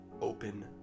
open